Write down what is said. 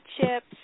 chips